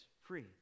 free